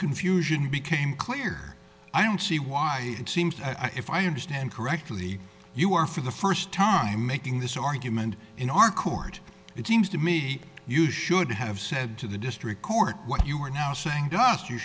confusion became clear i don't see why it seems i if i understand correctly you are for the first time making this argument in our court it seems to me you should have said to the district court what you are now saying dust you